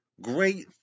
great